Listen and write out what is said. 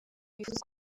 bifuza